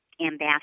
ambassador